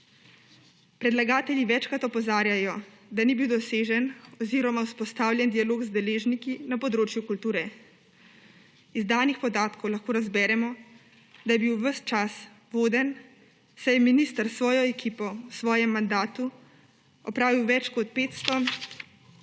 Predlagatelji večkrat opozarjajo, da ni bil dosežen oziroma vzpostavljen dialog z deležniki, na področju kulture. Iz danih podatkov lahko razberemo, da je bil ves čas voden, saj je minister s svojo ekipo v svojem mandatu opravil več kot 500